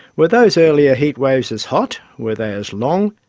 were those earlier heat waves as hot? were they as long?